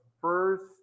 first